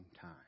time